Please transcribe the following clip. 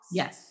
yes